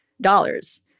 dollars